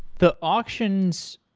the auctions,